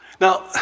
Now